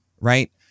right